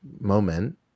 moment